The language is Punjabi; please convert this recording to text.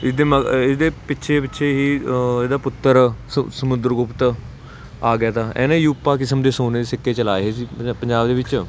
ਇਹਦੇ ਮਗ ਇਸਦੇ ਪਿੱਛੇ ਪਿੱਛੇ ਹੀ ਇਹਦਾ ਪੁੱਤਰ ਸਮੁੰਦਰ ਗੁਪਤ ਆ ਗਿਆ ਤਾ ਇਹਨੇ ਯੂਪਾ ਕਿਸਮ ਦੇ ਸੋਨੇ ਦੇ ਸਿੱਕੇ ਚਲਾਏ ਸੀ ਪੰਜਾਬ ਦੇ ਵਿੱਚ